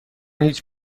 هیچ